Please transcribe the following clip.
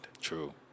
True